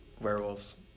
Werewolves